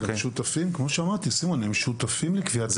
הם שותפים לקביעת הקריטריון.